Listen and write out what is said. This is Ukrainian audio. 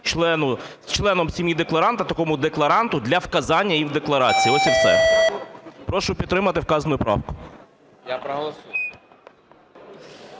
членом сім'ї декларанта такому декларанту для виказання їх в декларації. Ось і все. Прошу підтримати вказану правку. ГОЛОВУЮЧИЙ.